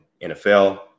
NFL